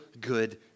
good